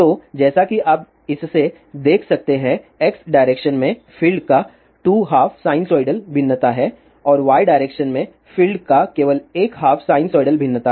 तो जैसा कि आप इससे देख सकते हैं x डायरेक्शन में फील्ड का 2 हाफ साइनसोइडल भिन्नता है और y डायरेक्शन में फील्ड का केवल एक हाफ साइनसोइडल भिन्नता है